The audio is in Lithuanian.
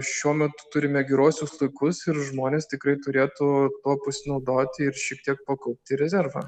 šiuo metu turime geruosius laikus ir žmonės tikrai turėtų tuo pasinaudoti ir šiek tiek pakaupt į rezervą